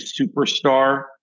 superstar